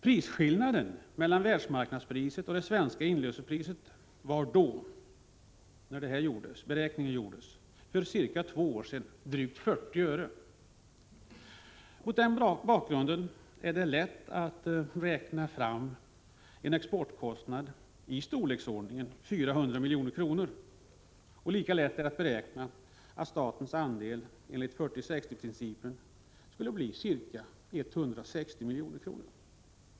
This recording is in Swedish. Prisskillnaden mellan världsmarknadspriset och det svenska inlösenpriset var då, när beräkningen gjordes för två år sedan, drygt 40 öre. Mot den bakgrunden kan man lätt räkna fram att exportkostnaden var i storleksordningen 400 milj.kr. och att statens andel enligt 40:60-principen skulle bli ca 160 milj.kr.